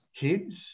kids